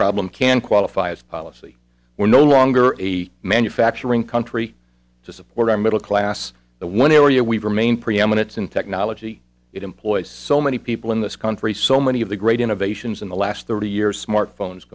problem can qualify as policy we're no longer a manufacturing country to support our middle class the one area we remain preeminence in technology it employs so many people in this country so many of the great innovations in the last thirty years smartphones